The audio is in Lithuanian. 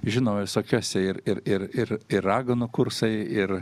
žino visokiose ir ir ir ir ir raganų kursai ir